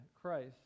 Christ